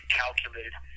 calculated